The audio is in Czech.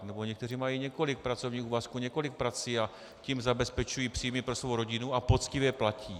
Nebo někteří mají několik pracovních úvazků, několik prací, a tím zabezpečují příjmy pro svou rodinu a poctivě platí.